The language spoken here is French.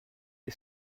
est